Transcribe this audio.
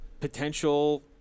Potential